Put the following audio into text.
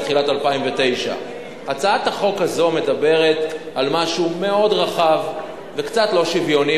מתחילת 2009. הצעת החוק הזאת מדברת על משהו מאוד רחב וקצת לא שוויוני,